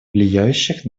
влияющих